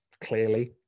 clearly